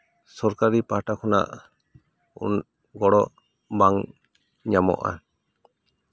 ᱥᱚᱨᱠᱟᱨᱤ ᱯᱟᱦᱴᱟ ᱠᱷᱚᱱᱟᱜ ᱜᱚᱲᱚ ᱵᱟᱝ ᱧᱟᱢᱚᱜᱼᱟ